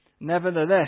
Nevertheless